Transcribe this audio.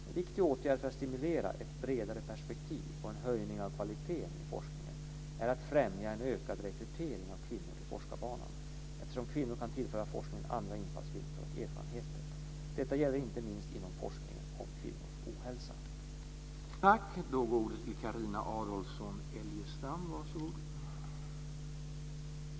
En viktig åtgärd för att stimulera ett bredare perspektiv och en höjning av kvaliteten i forskningen är att främja en ökad rekrytering av kvinnor till forskarbanan, eftersom kvinnor kan tillföra forskningen andra infallsvinklar och erfarenheter. Detta gäller inte minst inom forskningen om kvinnors ohälsa.